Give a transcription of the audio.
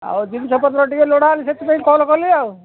ଆଉ ଜିନିଷପତ୍ର ଟିକେ ଲୋଡ଼ା ହେଲେ ସେଥିପାଇଁ କଲ୍ କଲି ଆଉ